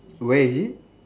where is it